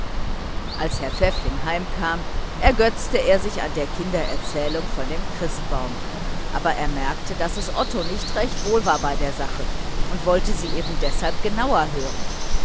als herr pfäffling heim kam ergötzte er sich an der kinder erzählung von dem christbaum aber er merkte daß es otto nicht recht wohl war bei der sache und wollte sie eben deshalb genauer hören